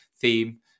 theme